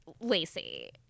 Lacey